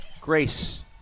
Grace